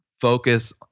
focus